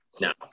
No